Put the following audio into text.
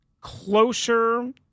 closer